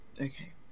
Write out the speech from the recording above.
okay